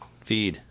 feed